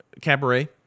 Cabaret